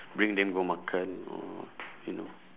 bring them go makan or you know